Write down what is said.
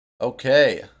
Okay